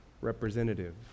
representative